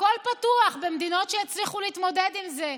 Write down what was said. הכול פתוח במדינות שהצליחו להתמודד עם זה,